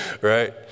right